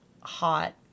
hot